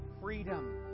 freedom